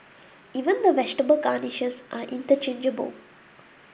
even the vegetable garnishes are interchangeable